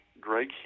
Greg